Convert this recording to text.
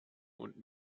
und